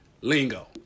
lingo